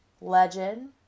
legend